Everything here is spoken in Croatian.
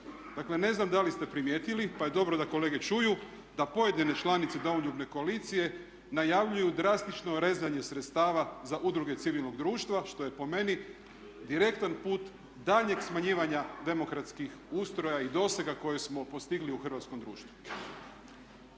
Dakle ne znam da li ste primijetili pa je dobro da kolege čuju da pojedine članice Domoljubne koalicije najavljuju drastično rezanje sredstava za udruge civilnog društva što je po meni direktan put daljnjeg smanjivanja demokratskih ustroja i dosega koje smo postigli u hrvatskom društvu.